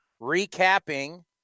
recapping